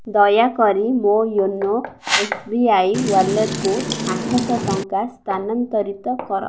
ଦୟାକରି ମୋ YONO S B I ୱାଲେଟ୍କୁ ଆଠଶହ ଟଙ୍କା ସ୍ଥାନାନ୍ତରିତ କର